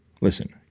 listen